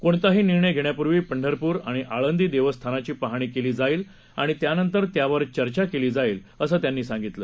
कोणताही निर्णय घेण्यापूर्वी पंढरपूर आणि आळंदी देवस्थानची पाहणी केली जाईल आणि त्यानंतर त्यावर चर्चा केली जाईल असं त्यांनी सांगितलं